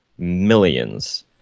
millions